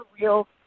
real